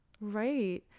Right